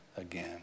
again